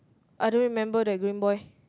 I don't remember that green boy